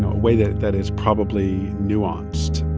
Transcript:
a way that that is probably nuanced.